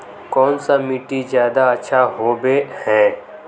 कौन सा मिट्टी ज्यादा अच्छा होबे है?